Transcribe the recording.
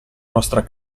nostra